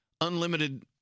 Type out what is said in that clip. unlimited